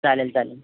चालेल चालेल